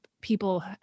people